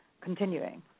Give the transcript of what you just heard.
continuing